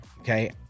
okay